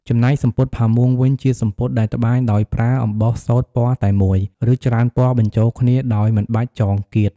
ចំណែកសំពត់ផាមួងវិញ ជាសំពត់ដែលត្បាញដោយប្រើអំបោះសូត្រពណ៌តែមួយ ឬច្រើនពណ៌បញ្ចូលគ្នាដោយមិនបាច់ចងគាត។